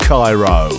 Cairo